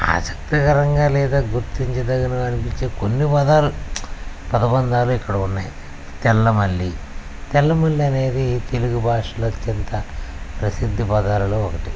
ఆసక్తికరంగా లేదా గుర్తించదగిన అనిపించే కొన్ని పదాలు పదబంధాలు ఇక్కడ ఉన్నాయి తెల్ల మల్లి తెల్ల మల్లి అనేది తెలుగు భాషలో అత్యంత ప్రసిద్ధి పదాలలో ఒకటి